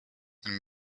den